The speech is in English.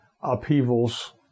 upheavals